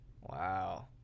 Wow